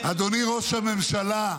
אדוני ראש הממשלה,